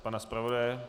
Pana zpravodaje?